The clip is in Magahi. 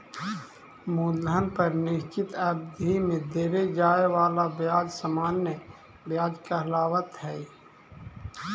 मूलधन पर निश्चित अवधि में देवे जाए वाला ब्याज सामान्य व्याज कहलावऽ हई